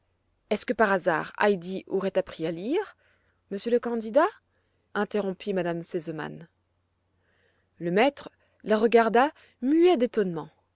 est-ce que par hasard heidi aurait appris à lire monsieur le candidat interrompit m me sesemann le maître la regarda muet d'étonnement